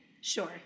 Sure